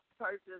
purchase